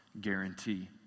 guarantee